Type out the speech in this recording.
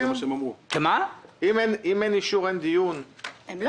הם לא